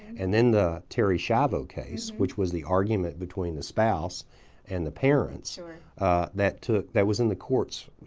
and then the terri schiavo case which was the argument between the spouse and the parents that took that was in the courts,